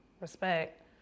Respect